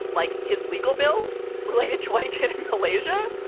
like his legal bills related to what he did in malaysia,